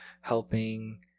helping